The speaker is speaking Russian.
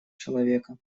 человека